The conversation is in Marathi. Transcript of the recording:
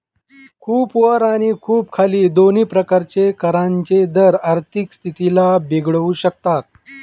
खूप वर आणि खूप खाली दोन्ही प्रकारचे करांचे दर आर्थिक स्थितीला बिघडवू शकतात